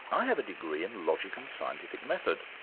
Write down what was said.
i have a degree in logic and scientific method,